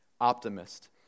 optimist